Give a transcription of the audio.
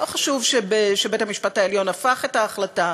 לא חשוב שבית-המשפט העליון הפך את ההחלטה,